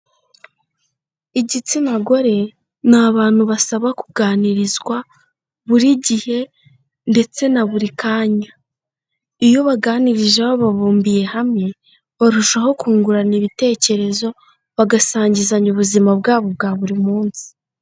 Ikitsina gore ni abantu basaba kuganirizwa buri gihe ndetse na buri kanya, iyo ubaganirije wababumbiye hamwe barushaho kungurana ibitekerezo, bagasangizanya ubuzima bwabo bwa buri munsi.